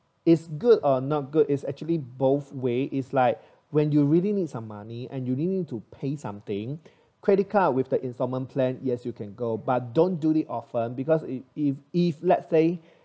is good uh not good is actually both way is like when you really need some money and you really need to pay something credit card with the installment plan yes you can go but don't do the offer because if if if let's say